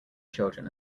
children